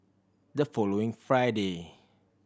the following Friday